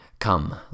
Come